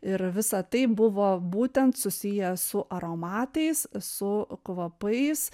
ir visa tai buvo būtent susiję su aromatais su kvapais